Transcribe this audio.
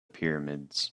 pyramids